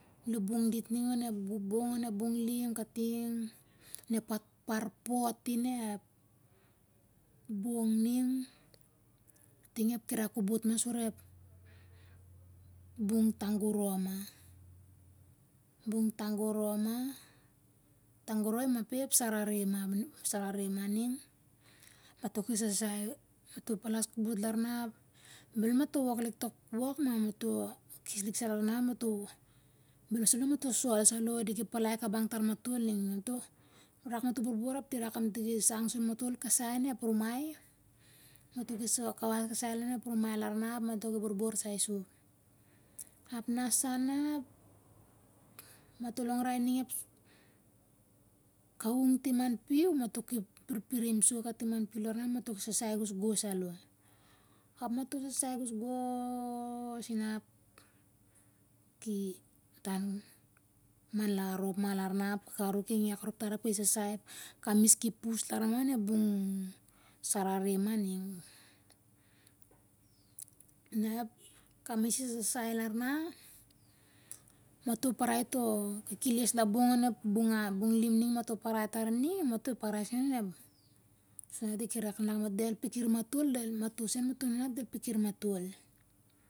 Lubung dit ning onep bob bong onep bong lim kating, nep pat arpot inep bong ning. Kating ep kirai kobot ma surep bong tangoro ma, bong tangoro ma. tangoro imape ep sarere ma. sarere ma ning, mato ki sasai, mato palas kobot larna ap, bel mato wok lik tok wok ma mato kes lik sa lama mato, bel salo mato sol salo, diki palai kabang tar matolning, mato rak matol borbor, ap di rak amtoh ki sang sou matol kasai lonep rumai, mato ki so kawas kasai lonep rumai larna ap mato ki borbor saisup, ap na sa na mato longrai ning ep kawung tim an piu, mato ki pirpirim sou katim an piu larna mato ki sasai gosgos alo, ap mato sasai gosgos, inap ki taim manglar rop ma larna ap, kakaruk ki ngek rop tar ap ki sasai kamis ki pus larna onep bung sarere ma ning, na ep kamis ki sasai larna, mato parai toh kekeles labong onep bung hat. bung lim ning mato parai tarining. mato parai sen onep, siat na diki rak del pikir matol del mato se matol inan ap del pikir matol